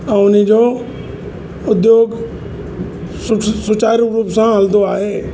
ऐं उन जो उद्योग सु सुचारू रूप सां हलंदो आहे